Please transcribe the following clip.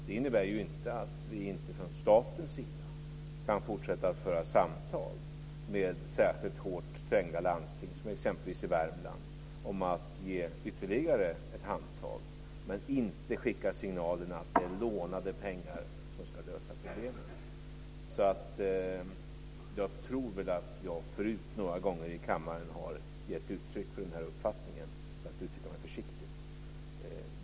Det innebär inte att vi inte från statens sida kan fortsätta att föra samtal med särskilt hårt trängda landsting, exempelvis i Värmland, om att ge ytterligare ett handtag, men man ska inte skicka signalen att det är lånade pengar som ska lösa problemen. Jag tror väl att jag förut några gånger i kammaren har gett uttryck för den här uppfattningen, för att uttrycka mig försiktigt.